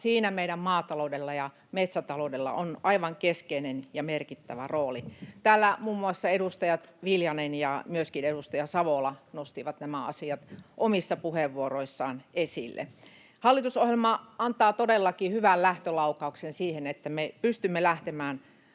siinä meidän maataloudella ja metsätaloudella on aivan keskeinen ja merkittävä rooli. Täällä muun muassa edustajat Viljanen ja myöskin edustaja Savola nostivat nämä asiat omissa puheenvuoroissaan esille. Hallitusohjelma antaa todellakin hyvän lähtölaukauksen siihen, että me pystymme lähtemään